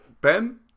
Ben